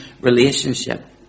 relationship